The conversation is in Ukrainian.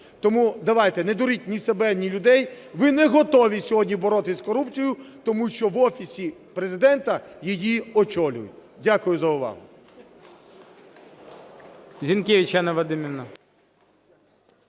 Тому давайте не дуріть ні себе, ні людей, ви не готові сьогодні боротися з корупцією, тому що в Офісі Президента її очолюють. Дякую за увагу.